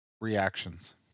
reactions